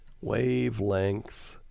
wavelength